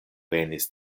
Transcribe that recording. venis